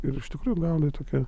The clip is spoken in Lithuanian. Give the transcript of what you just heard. ir iš tikrųjų gauni tokią